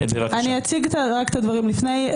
אני רק אציג את הדברים לפני.